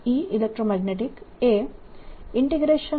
તેથી dWdtddtEem એ S